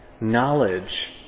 knowledge